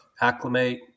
acclimate